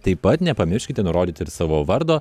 taip pat nepamirškite nurodyti ir savo vardo